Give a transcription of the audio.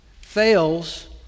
fails